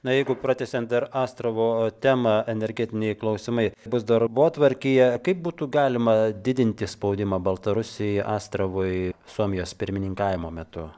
na jeigu pratęsiant dar astravo temą energetiniai klausimai bus darbotvarkėje kaip būtų galima didinti spaudimą baltarusijai astravui suomijos pirmininkavimo metu